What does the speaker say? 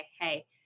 hey